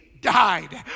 died